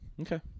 Okay